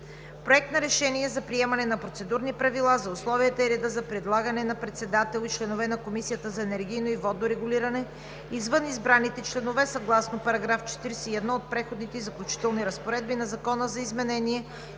Проект на решение за приемане на Процедурни правила за условията и реда за предлагане на председател и членове на Комисията за енергийно и водно регулиране, извън избраните членове съгласно § 41 от Преходните и заключителните разпоредби на Закона за изменение